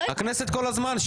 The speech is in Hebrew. הכנסת כל הזמן,